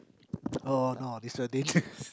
oh oh is a teacher